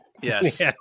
Yes